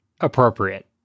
appropriate